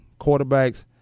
quarterbacks